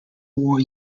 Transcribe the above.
war